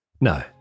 No